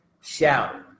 Shout